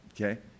Okay